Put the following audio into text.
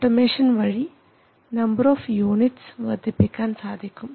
automation വഴി number of units വർദ്ധിപ്പിക്കാൻ സാധിക്കും